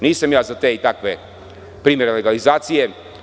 Nisam za te i takve primere legalizacije.